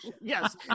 Yes